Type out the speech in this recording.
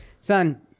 Son